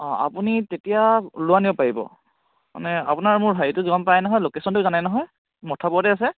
অঁ আপুনি তেতিয়া লৈ আনিব পাৰিব মানে আপোনাৰ মোৰ হেৰীটো গম পাই নহয় লোকেচনটো জানে নহয় মথুৰাপুৰতে আছে